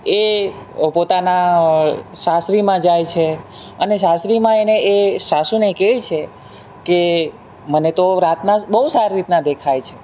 એ પોતાના સાસરીમાં જાય છે અને સાસરીમાં એને એ સાસુને કે છે કે મને તો રાતના જ બહુ સારી રીતના દેખાય છે